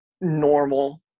normal